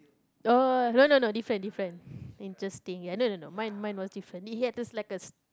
orh orh orh no no no different different interesting ya no no no mine mine was different he had this like a